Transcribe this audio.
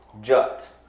jut